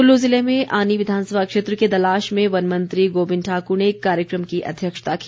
कुल्लू ज़िले में आनी विधानसभा क्षेत्र के दलाश में वन मंत्री गोबिंद ठाकुर ने कार्यक्रम की अध्यक्षता की